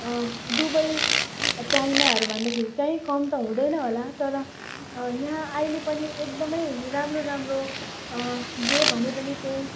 Dubai चाइनाहरू भन्दाखेरि कहीँ कम त हुँदैन होला तर यहाँ अहिले पनि एकदम राम्रो राम्रो जे भने पनि त्यही